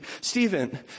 Stephen